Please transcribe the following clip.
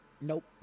Nope